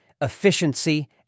efficiency